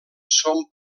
són